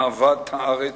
אהבת הארץ,